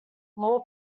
law